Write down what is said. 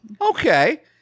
Okay